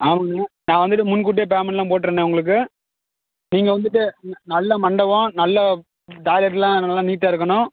ஆமாண்ணே நான் வந்துட்டு முன்கூட்டியே பேமெண்ட்லாம் போட்டுர்றேண்ணே உங்களுக்கு நீங்கள் வந்துட்டு ந நல்ல மண்டபம் நல்ல டாய்லெட்லாம் நல்லா நீட்டா இருக்கணும்